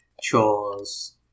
chores